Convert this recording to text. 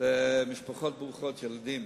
למשפחות ברוכות ילדים.